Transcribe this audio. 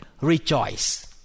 rejoice